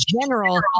general